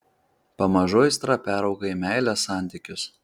pamažu aistra perauga į meilės santykius